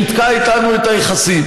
שניתקה איתנו את היחסים.